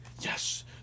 yes